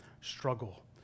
struggle